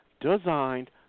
designed